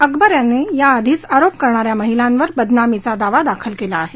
अकबर यांनी याआधीच आरोप करणाऱ्या महिलांवर बदनामीचा दावा दाखल केलाय